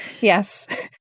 Yes